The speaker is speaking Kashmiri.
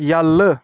یلہٕ